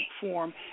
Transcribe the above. form